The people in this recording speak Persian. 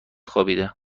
خوابیده